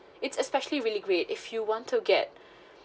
it's especially really great if you want to get